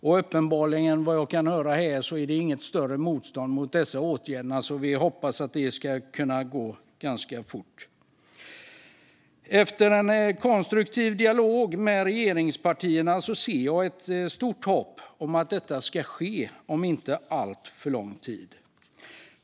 Vad jag kan höra här finns det uppenbarligen inget större motstånd mot de åtgärderna. Därför hoppas vi att det ska kunna gå ganska fort. Efter konstruktiv dialog med regeringspartierna har jag stort hopp om att detta ska ske om inte alltför lång tid.